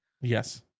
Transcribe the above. Yes